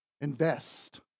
Invest